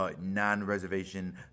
non-reservation